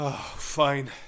Fine